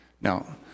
Now